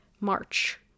March